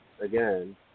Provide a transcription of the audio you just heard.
again